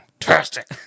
Fantastic